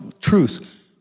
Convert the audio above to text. truth